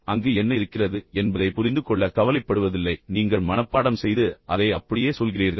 எனவே அங்கு என்ன இருக்கிறது என்பதைப் புரிந்துகொள்ள நீங்கள் கவலைப்படுவதில்லை ஆனால் நீங்கள் மனப்பாடம் செய்து பின்னர் அதை அப்படியே சொல்கிறீர்கள்